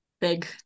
Big